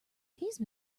these